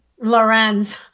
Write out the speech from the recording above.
Lorenz